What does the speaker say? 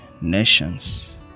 nations